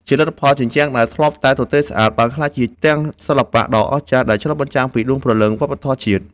ជាលទ្ធផល ជញ្ជាំងដែលធ្លាប់តែទទេស្អាត បានក្លាយជាផ្ទាំងសិល្បៈដ៏អស្ចារ្យដែលឆ្លុះបញ្ចាំងពីដួងព្រលឹងវប្បធម៌ជាតិ។